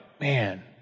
man